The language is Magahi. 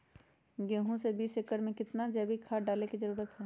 गेंहू में बीस एकर में कितना जैविक खाद डाले के जरूरत है?